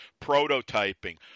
prototyping